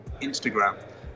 instagram